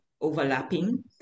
overlapping